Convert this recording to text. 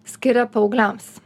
skiria paaugliams